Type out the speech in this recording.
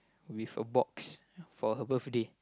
with a box for her birthday